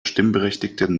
stimmberechtigten